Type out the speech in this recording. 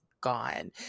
gone